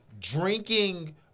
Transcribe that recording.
drinking